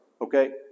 okay